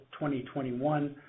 2021